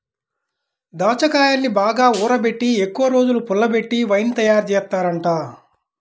దాచ్చాకాయల్ని బాగా ఊరబెట్టి ఎక్కువరోజులు పుల్లబెట్టి వైన్ తయారుజేత్తారంట